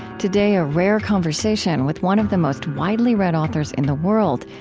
today, a rare conversation with one of the most widely read authors in the world,